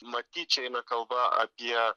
matyt čia eina kalba apie